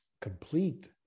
complete